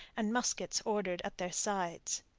and muskets ordered at their sides.